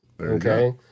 okay